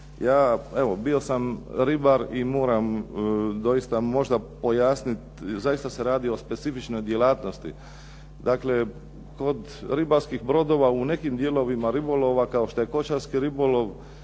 Ja, evo bio sam ribar i moram doista možda pojasniti, zaista se radi o specifičnoj djelatnosti. Dakle kod ribarskih brodova u nekim dijelovima ribolovima, kao što je